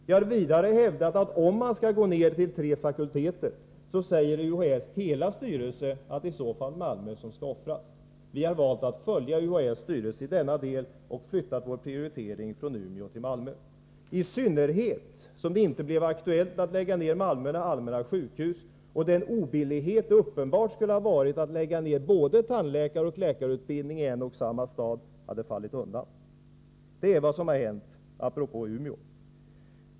Jag har vidare hävdat att om det gäller att man skall gå ner till tre fakulteter, så säger UHÄ:s hela styrelse att det i så fall är Malmö som skall offras. Vi har valt att följa UHÄ:s styrelse i denna del och flyttat vår prioritering från Umeå till Malmö. Vi har gjort detta i synnerhet som det inte blev aktuellt att lägga ner Malmö Allmänna sjukhus och med hänsyn till den obillighet som det uppenbarligen skulle ha inneburit att falla undan och lägga ner både tandläkaroch läkarutbildning i en och samma stad. Det är vad som har hänt apropå Umeå.